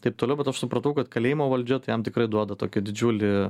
taip toliau bet aš supratau kad kalėjimo valdžia tai jam tikrai duoda tokį didžiulį